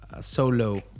solo